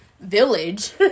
village